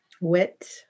wit